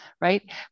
right